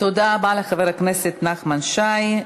תודה רבה לחבר הכנסת נחמן שי.